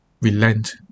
relent